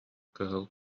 кыһыл